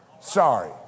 Sorry